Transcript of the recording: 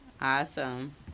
Awesome